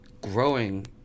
growing